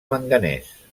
manganès